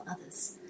others